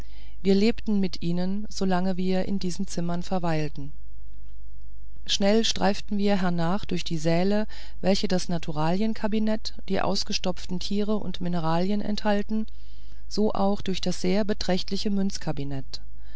wir lebten mit ihnen solange wir in diesen zimmern verweilten schnell streiften wir hernach durch die säle welche das naturalienkabinett die ausgestopften tiere und mineralien enthalten so auch durch das sehr beträchtliche